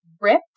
rip